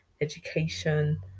education